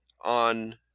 on